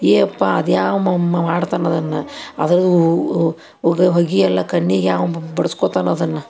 ಏ ಅಪ್ಪಾ ಅದ್ಯಾವ ಮಾಡ್ತಾನೆ ಅದನ್ನು ಅದರದ್ದು ಹೂ ಹೊಗೆಯೆಲ್ಲ ಕಣ್ಣಿಗೆ ಯಾವ ಬಡ್ಸ್ಕೊಳ್ತಾನೆ ಅದನ್ನು